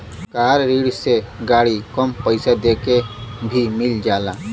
कार ऋण से गाड़ी कम पइसा देके भी मिल जाला